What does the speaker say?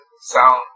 sound